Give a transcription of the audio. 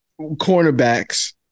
cornerbacks